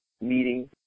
meeting